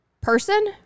person